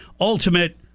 ultimate